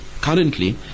currently